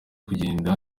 kugenda